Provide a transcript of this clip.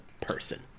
person